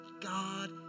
God